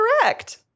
correct